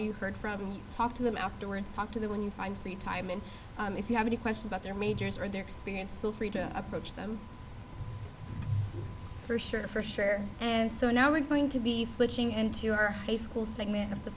you heard from talk to them afterwards talk to them when you find free time and if you have any question about their majors or their experience feel free to approach them for sure for sure and so now we're going to be switching into your high school segment of the